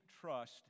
trust